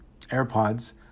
AirPods